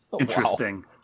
interesting